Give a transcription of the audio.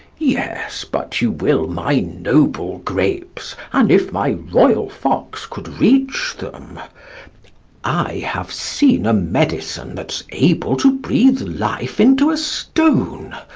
yes, but you will my noble grapes, an if my royal fox could reach them i have seen a medicine that's able to breathe life into a stone,